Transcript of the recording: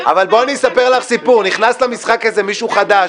--- אבל בואי אני אספר לך סיפור נכנס למשחק הזה מישהו חדש.